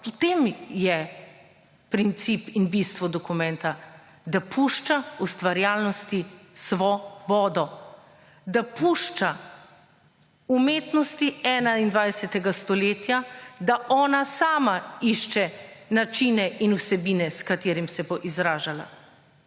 v tem je princip in bistvo dokumenta, da pušča ustvarjalnosti svobodo. Da pušča umetnosti 21. stoletja, da ona sama išče načine in vsebine s katerim se bo izražala.